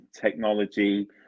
technology